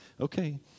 okay